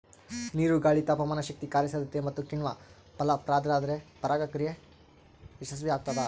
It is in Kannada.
ನೀರು ಗಾಳಿ ತಾಪಮಾನಶಕ್ತಿ ಕಾರ್ಯಸಾಧ್ಯತೆ ಮತ್ತುಕಿಣ್ವ ಫಲಪ್ರದಾದ್ರೆ ಪರಾಗ ಪ್ರಕ್ರಿಯೆ ಯಶಸ್ಸುಆಗ್ತದ